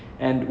mm